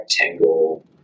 rectangle